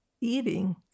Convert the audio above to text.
Eating